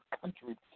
country